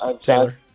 Taylor